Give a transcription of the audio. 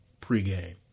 pregame